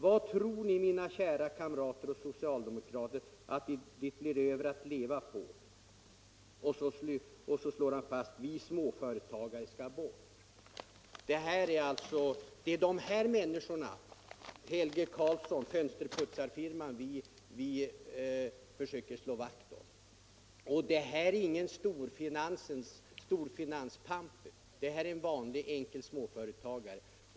Vad tror ni, mina kära kamrater och socialdemokrater, att det blir över att leva på?” Sedan slår han fast: "Vi småföretagare ska bort.” Det är dessa människor — Helge Karlsson, med fönsterputsarfirma — vi försöker slå vakt om. Detta är ingen storfinanspamp utan en vanlig enkel småföretagare.